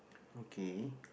okay